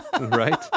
right